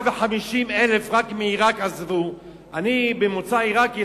רק את עירק עזבו 150,000. אני ממוצא עירקי,